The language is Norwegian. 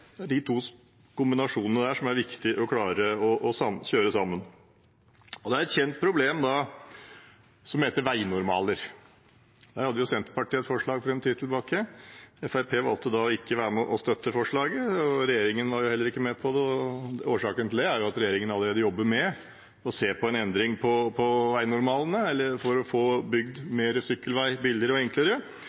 Det er viktig å få til en kombinasjon av de to tingene. Det er i den forbindelse et kjent problem som heter «veinormaler». Senterpartiet hadde et forslag om det for en tid tilbake. Fremskrittspartiet valgte da å ikke støtte forslaget. Regjeringspartiene var heller ikke med på det, og årsaken til det var at regjeringen allerede jobber med å se på en endring av veinormalene for å få bygd mer sykkelvei billigere og enklere.